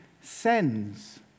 sends